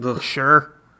Sure